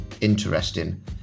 interesting